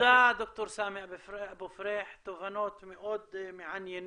תודה, ד"ר סאמי אבו פריח, תובנות מאוד מעניינות.